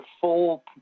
full